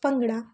bhangra